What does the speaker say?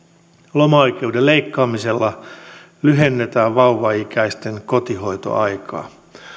lomaoikeuden leikkaamisella lyhennetään vauvaikäisten kotihoitoaikaa